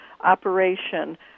operation